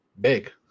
big